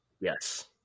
Yes